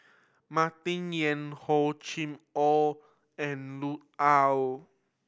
Martin Yan Hor Chim Or and Lut Ali